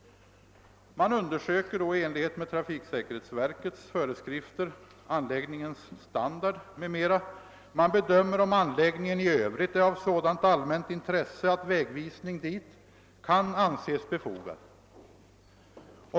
Man undersöker då i enlighet med trafiksäkerhetsverkets föreskrifter anläggningens standard m.m., och man bedömer om anläggningen i Övrigt är av sådant allmänt intresse att vägvisning dit kan anses befogad.